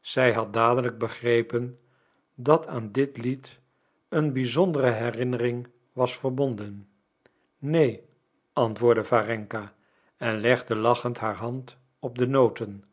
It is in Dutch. zij had dadelijk begrepen dat aan dit lied een bizondere herinnering was verbonden neen antwoordde warenka en legde lachend haar hand op de noten